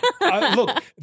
Look